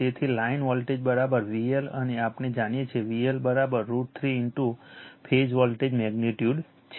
તેથી line voltage VL અને આપણે જાણીએ છીએ VL √ 3 into phase voltage magnitude છે